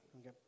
okay